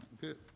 Good